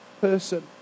person